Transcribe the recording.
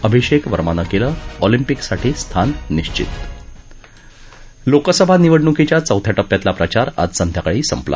अभिषेक वर्मानं केलं ऑलिम्पिकसाठी स्थान निश्चित लोकसभा निवडणुकीच्या चौथ्या टप्प्यातला प्रचार आज संध्याकाळी संपला